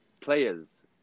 Players